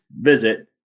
visit